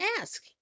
ask